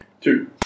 Two